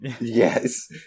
Yes